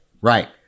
right